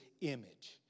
image